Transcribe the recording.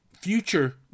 future